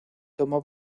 tomó